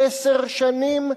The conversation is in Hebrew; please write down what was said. עשר שנים,